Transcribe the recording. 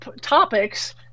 topics